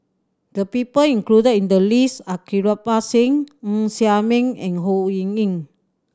the people included in the list are Kirpal Singh Ng Ser Miang and Ho Ying Ying